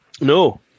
No